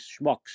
schmucks